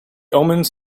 omens